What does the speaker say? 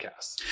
Podcasts